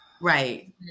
right